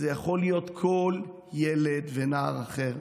זה יכול להיות כל ילד ונער אחר.